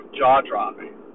jaw-dropping